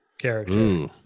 character